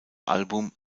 album